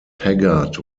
taggart